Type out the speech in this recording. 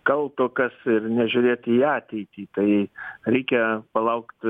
kalto kas ir nežiūrėti į ateitį tai reikia palaukt